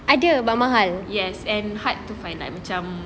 yes and hard to find lah macam